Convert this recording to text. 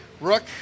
Rook